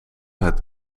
het